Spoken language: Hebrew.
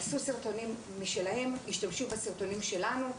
עשו סרטונים משלהם וגם השתמשו בסרטונים שלנו.